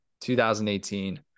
2018